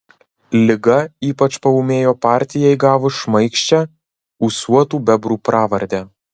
liga ypač paūmėjo partijai gavus šmaikščią ūsuotų bebrų pravardę